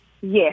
Yes